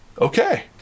okay